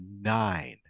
nine